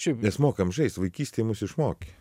šiaip mes mokam žaisti vaikystėj mus išmokė